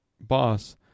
boss